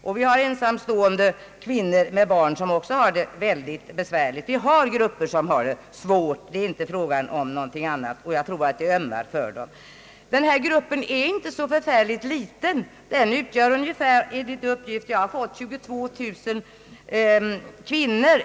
Även de ensamstående kvinnorna med barn har det besvärligt. Det finns alltså grupper av kvinnor som har det svårt — det är inte fråga om annat — grupper som vi alla ömmar för. Den grupp som vi nu talar om är inte så liten. Den utgör, enligt uppgifter som jag har fått, ungefär 22000 kvinnor.